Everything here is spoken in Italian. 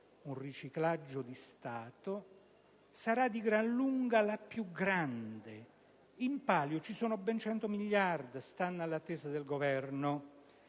un riciclaggio di Stato - e sarà di gran lunga la più grande. In palio ci sono ben 100 miliardi di euro, stando alle attese del Governo,